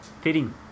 Fitting